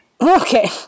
Okay